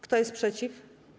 Kto jest przeciw?